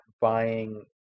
buying